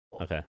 Okay